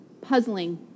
puzzling